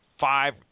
five